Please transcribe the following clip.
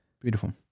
Beautiful